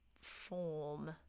form